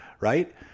right